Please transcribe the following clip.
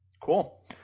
Cool